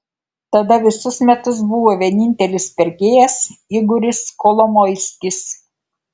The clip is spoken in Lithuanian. tada visus metus buvo vienintelis pirkėjas igoris kolomoiskis